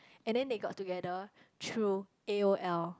and then they got together through a_o_l